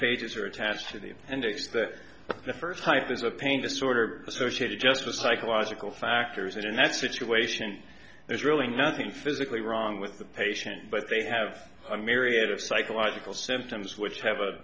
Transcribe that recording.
pages are attached to the index that the first type is a pain disorder associated just with psychological factors and in that situation there's really nothing physically wrong with the patient but they have a myriad of psychological symptoms which have